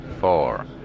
four